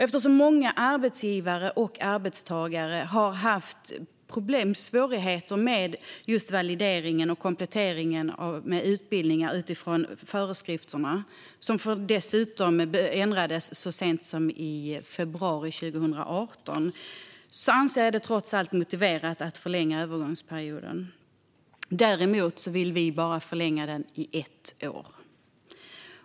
Eftersom många arbetsgivare och arbetstagare har haft svårigheter med valideringen och kompletteringen av utbildningar utifrån föreskrifterna, som dessutom ändrades så sent som i februari 2018, anser vi det trots allt motiverat att förlänga övergångsperioden. Däremot vill vi bara förlänga den med ett år.